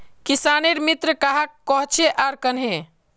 किसानेर मित्र कहाक कोहचे आर कन्हे?